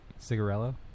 Cigarello